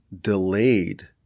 delayed